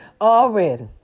already